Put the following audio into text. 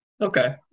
Okay